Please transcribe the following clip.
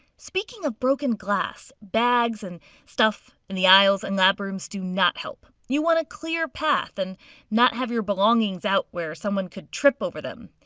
speaking of broken glass bags and stuff in the aisles in lab rooms do not help. you want to clear a path and not have your belongings out where someone could trip over them.